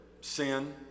sin